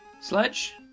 Sledge